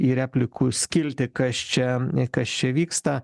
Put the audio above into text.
į replikų skiltį kas čia kas čia vyksta